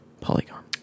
Polygon